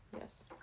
yes